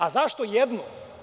A zašto jednu?